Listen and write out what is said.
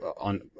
on